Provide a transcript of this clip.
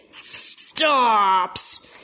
Stops